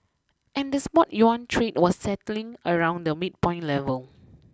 and the spot yuan trade was settling around the midpoint level